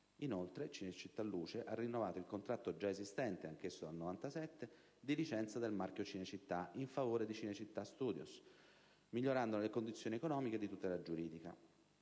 Inoltre, Cinecittà Luce ha rinnovato il contratto, già esistente anch'esso dal 1997, di licenza del marchio Cinecittà in favore di Cinecittà Studios medesima, migliorandone le condizioni economiche e di tutela giuridica.